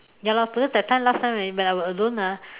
ya lor because that time last time already when I alone ah